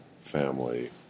family